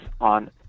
on